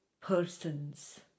persons